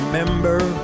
remember